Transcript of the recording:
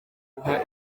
guha